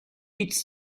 eats